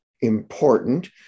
important